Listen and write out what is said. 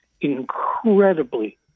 incredibly